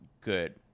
good